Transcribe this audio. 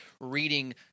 reading